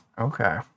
Okay